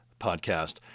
podcast